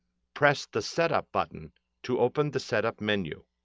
press the setup button to open the setup menu.